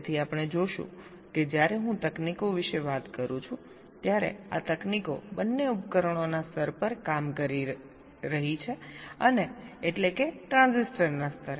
તેથી આપણે જોશું કે જ્યારે હું તકનીકો વિશે વાત કરું છું ત્યારે આ તકનીકો બંને ઉપકરણોના સ્તર પર કામ કરી શકે છે એટલે કે ટ્રાન્ઝિસ્ટર સ્તરે